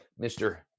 Mr